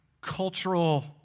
cultural